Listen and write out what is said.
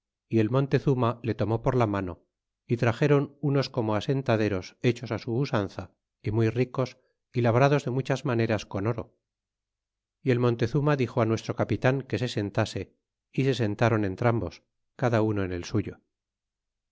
y el montezuma le tomó por la mano ó traxeron unos como asentaderos hechos á su usanza muy ricos y labrados de muchas maneras con oro y el montezuma dixo á nuestro capitan que se sentase ó se asentaron entrambos cada uno en el suyo